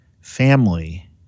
family